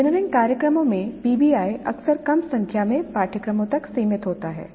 engineering कार्यक्रमों में PBI अक्सर कम संख्या में पाठ्यक्रमों तक सीमित होता है